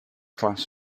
class